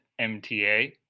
MTA